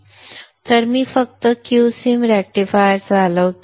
तर मी फक्त q सिम रेक्टिफायर चालवते